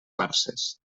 farses